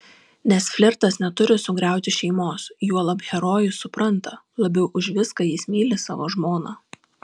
nes flirtas neturi sugriauti šeimos juolab herojus supranta labiau už viską jis myli savo žmoną